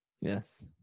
yes